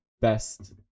best